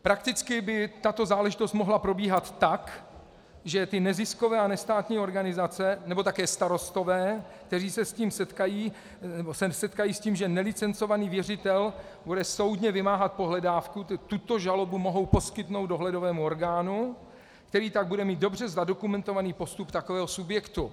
Prakticky by tato záležitost mohla probíhat tak, že ty neziskové a nestátní organizace nebo také starostové, kteří se setkají s tím, že nelicencovaný věřitel bude soudně vymáhat pohledávku, tuto žalobu mohou poskytnout dohledovému orgánu, který tak bude mít dobře zadokumentovaný postup takového subjektu.